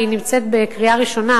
היא נמצאת בקריאה ראשונה,